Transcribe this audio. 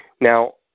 Now